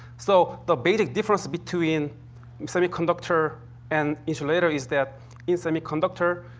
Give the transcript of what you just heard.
so, the basic difference between semiconductor and insulator is that in semiconductor,